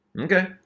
Okay